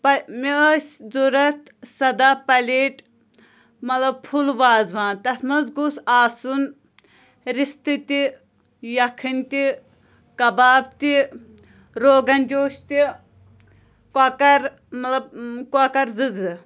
پہ مےٚ ٲسۍ ضوٚرَتھ سَداہ پَلیٹ مطلب فُل وازوان تَتھ منٛز گوٚژھ آسُن رِستہٕ تہِ یکھٕنۍ تہِ کَباب تہِ روغَن جوش تہِ کۄکَر مطلب کۄکر زٕ زٕ